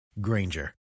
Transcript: Granger